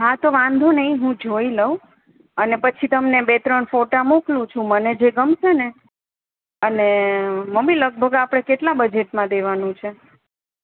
હા તો વાંધો નહીં હું જોઈ લઉં અને પછી તમને બે ત્રણ ફોટા મોકલું છું મને જે ગમશેને અને મમ્મી લગભગ આપણે કેટલા બજેટમાં દેવાનું છે